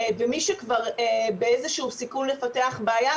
ומי שכבר באיזשהו סיכון לפתח בעיה,